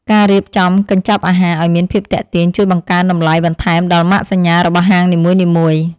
ការរៀបចំកញ្ចប់អាហារឱ្យមានភាពទាក់ទាញជួយបង្កើនតម្លៃបន្ថែមដល់ម៉ាកសញ្ញារបស់ហាងនីមួយៗ។